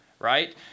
right